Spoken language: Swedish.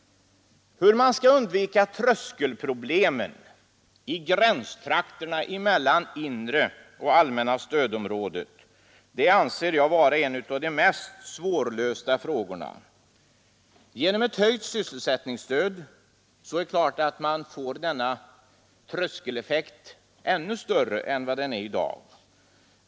Hur man skall undvika tröskelproblem i gränstrakten mellan inre och allmänna stödområdet anser vi vara en av de mest svårlösta frågorna. Genom ett höjt sysselsättningsstöd blir självfallet tröskeleffekten ännu större än i dag.